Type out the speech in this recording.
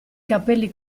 capelli